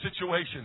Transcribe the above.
situation